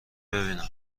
ببینم